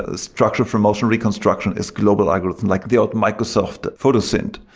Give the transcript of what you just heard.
ah structure from motion reconstruction is global algorithm, like the old microsoft photosynth.